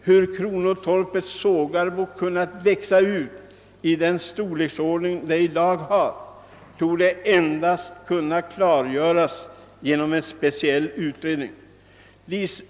Hur kronotorpet Sågarbo kunnat växa ut till den storlek det i dag har torde endast kunna klargöras genom en speciell utredning.